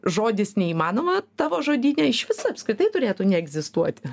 žodis neįmanoma tavo žodyne išvis apskritai turėtų neegzistuoti